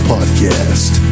Podcast